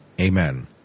Amen